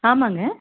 ஆமாம்ங்க